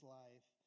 life